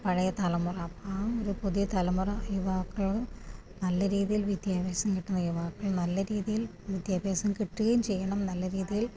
പഴയ തലമുറ അപ്പം ആ ഒരു പുതിയ തലമുറ യുവാക്കൾ നല്ല രീതിയിൽ വിദ്യാഭ്യാസം കിട്ടുന്ന യുവാക്കൾ നല്ലരീതിയിൽ വിദ്യാഭ്യാസം കിട്ടുകയും ചെയ്യണം നല്ല രീതിയിൽ